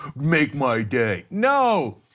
make my day. no,